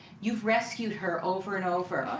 you've rescued her over and over,